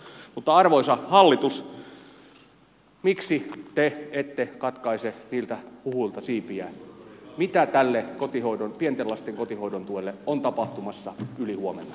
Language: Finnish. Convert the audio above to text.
mutta arvoisa hallitus miksi te ette katkaise siipiä niiltä huhuilta mitä pienten lasten kotihoidon tuelle on tapahtumassa ylihuomenna